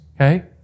Okay